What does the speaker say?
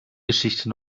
geschichte